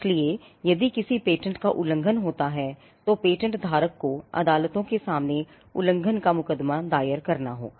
इसलिए यदि किसी पेटेंट का उल्लंघन होता है तो पेटेंट धारक को अदालतों के सामने उल्लंघन का मुकदमा दायर करना होगा